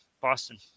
Boston